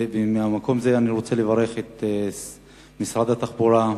מהמקום הזה אני רוצה לברך את משרד התחבורה,